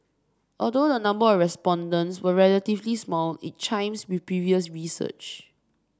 although the number of respondents was relatively small it chimes with previous research